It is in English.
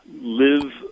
live